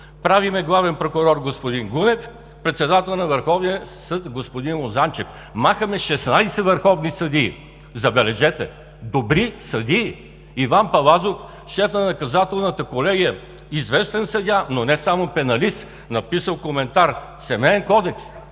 правим главен прокурор господин Гунев, председател на Върховния съд господин Лозанчев, махаме 16 върховни съдии, забележете, добри съдии – Иван Палазов, шефът на Наказателната колегия, известен съдия, но не само пеналист, написал коментар в Семейния кодекс,